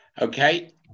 Okay